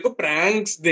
pranks